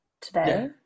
today